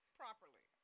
properly